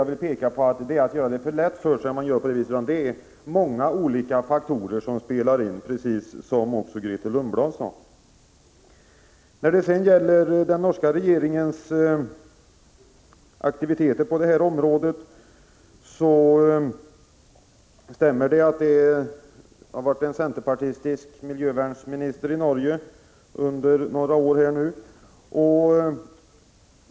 Jag vill framhålla att det är att göra det för lätt för sig. Många olika faktorer spelar in — precis som också Grethe Lundblad sade. När det gäller den norska regeringens aktiviteter på det här området så stämmer det att det har varit en centerpartistisk miljövärnsminister i Norge under några år.